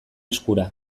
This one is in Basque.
eskura